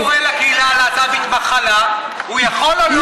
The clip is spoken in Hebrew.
מי שקורא לקהילת הלהט"בית "מחלה", הוא יכול או לא?